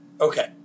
Okay